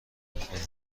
میخواد